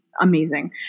amazing